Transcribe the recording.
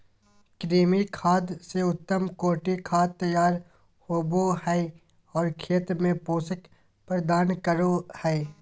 कृमि खाद से उत्तम कोटि खाद तैयार होबो हइ और खेत में पोषक प्रदान करो हइ